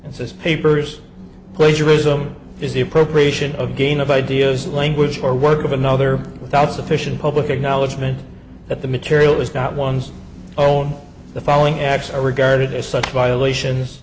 and says papers plagiarism is the appropriation of gain of ideas language or word of another without sufficient public acknowledgement that the material is not one's own the following apps are regarded as such violations